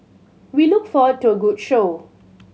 we look forward to a good show